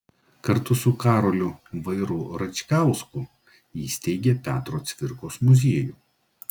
kartu su karoliu vairu račkausku įsteigė petro cvirkos muziejų